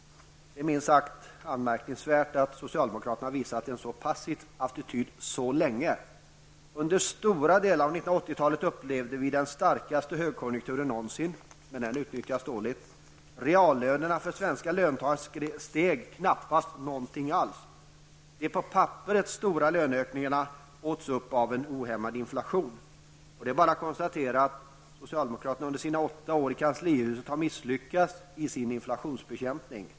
Det är minst sagt anmärkningsvärt att socialdemokraterna har visat en så passiv attityd så länge. Under stora delar av 1980-talet upplevde vi den starkaste högkonjunkturen någonsin, men den utnyttjades dåligt. Reallönerna för de svenska löntagarna steg knappast något alls. De på papperet stora löneökningarna åts upp av en ohämmad inflation. Det är bara att konstatera att socialdemokraterna under sina åtta år i kanslihuset har misslyckats i sin inflationsbekämpning.